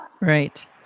Right